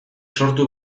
sortu